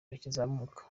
bakizamuka